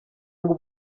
ngo